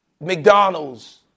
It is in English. McDonald's